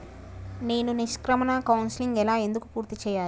నేను నిష్క్రమణ కౌన్సెలింగ్ ఎలా ఎందుకు పూర్తి చేయాలి?